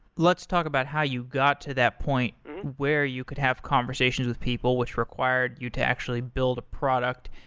let's talk about how you got to that point where you could have conversations with people which required you to actually build a product.